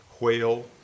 whale